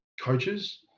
coaches